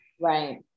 Right